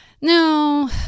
no